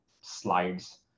slides